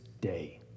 day